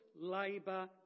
labour